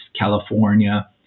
california